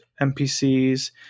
NPCs